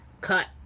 cut